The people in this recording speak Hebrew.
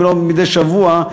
אם לא מדי שבוע,